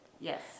Yes